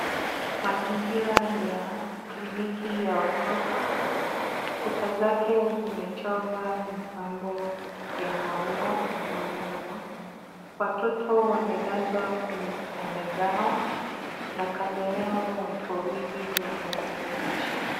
Mazingira ni ya kliniki ya watoto, kuta zake zimechora mipambo ya maua na mnyama, watoto wamelazwa kwenye vitanda zao, na kando yao watu wawili wanawaongelesha.